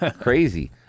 Crazy